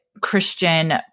Christian